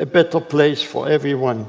a better place for everyone,